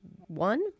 One